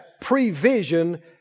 prevision